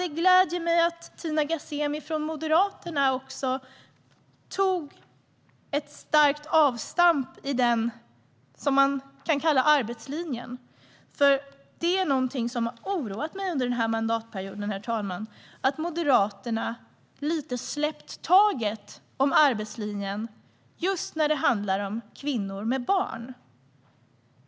Det gläder mig att Tina Ghasemi från Moderaterna tog ett starkt avstamp i det man kan kalla arbetslinjen, för någonting som har oroat mig under denna mandatperiod är att Moderaterna lite grann har släppt taget om arbetslinjen när det gäller just kvinnor med barn.